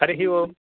हरिः ओम्